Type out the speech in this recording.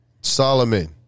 Solomon